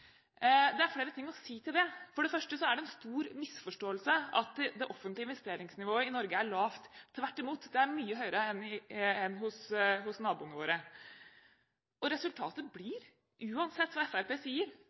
Det er flere ting å si til det: For det første er det en stor misforståelse at det offentlige investeringsnivået i Norge er lavt. Tvert imot: Det er mye høyere enn hos naboene våre. Og resultatet blir – uansett hva Fremskrittspartiet sier